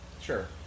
Sure